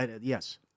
Yes